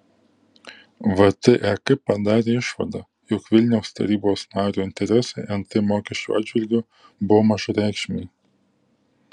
vtek padarė išvadą jog vilniaus tarybos nario interesai nt mokesčio atžvilgiu buvo mažareikšmiai